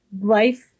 life